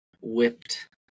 whipped